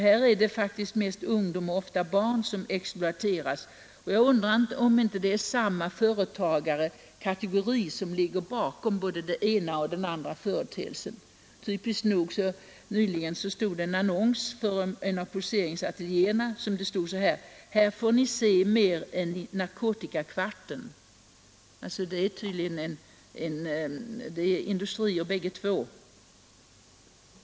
Här är det faktiskt mest ungdom och ofta barn som exploateras, och jag undrar om det inte är samma företagarkategori som ligger bakom både den ena och den andra företeelsen. Typiskt nog stod det häromdagen i en annons för en av poseringsateljéerna på följande sätt: Här får ni se mer än i narkotikakvarten. Det rör sig alltså om industrier i bägge fallen.